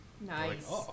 Nice